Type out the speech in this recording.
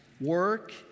work